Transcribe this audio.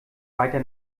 weiter